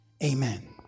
Amen